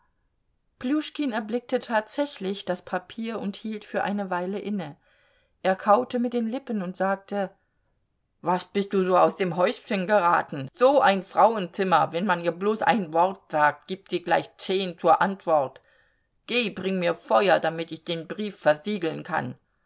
pljuschkin erblickte tatsächlich das papier und hielt für eine weile inne er kaute mit den lippen und sagte was bist du so aus dem häuschen geraten so ein frauenzimmer wenn man ihr bloß ein wort sagt gibt sie gleich zehn zur antwort geh bring mir feuer damit ich den brief versiegeln kann